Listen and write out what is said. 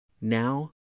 Now